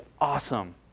awesome